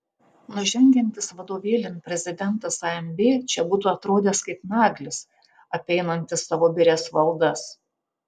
nužengiantis vadovėlin prezidentas amb čia būtų atrodęs kaip naglis apeinantis savo birias valdas